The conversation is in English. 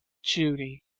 judy